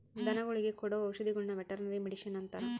ಧನಗುಳಿಗೆ ಕೊಡೊ ಔಷದಿಗುಳ್ನ ವೆರ್ಟನರಿ ಮಡಿಷನ್ ಅಂತಾರ